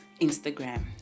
Instagram